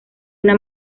una